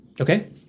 Okay